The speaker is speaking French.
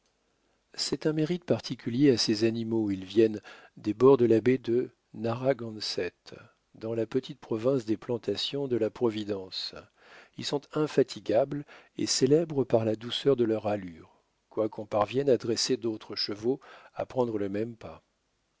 c'est un mérite particulier à ces animaux ils viennent des bords de la baie de narraganset dans la petite province des plantations de la providence ils sont infatigables et célèbres par la douceur de leur allure quoiqu'on parvienne à dresser d'autres chevaux à prendre le même pas